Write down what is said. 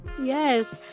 yes